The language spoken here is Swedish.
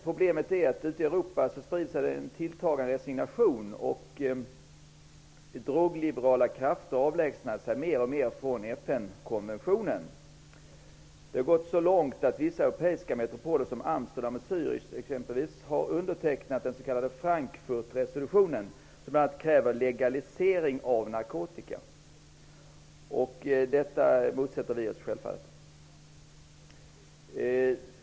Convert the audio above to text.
Problemet är dock att en tilltagande resignation breder ut sig i Europa. Drogliberala krafter avlägsnar sig mer och mer från FN-konventionen. Det har gått så långt att vissa europeiska metropoler, exempelvis Amsterdam och Zürich, har undertecknat den s.k. Frankfurtresolutionen, där bl.a. en legalisering av narkotika krävs. Självfallet motsätter vi oss detta.